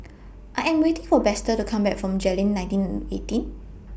I Am waiting For Baxter to Come Back from Jayleen nineteen eighteen